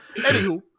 Anywho